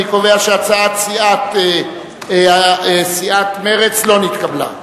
אני קובע שהצעת סיעת מרצ לא נתקבלה.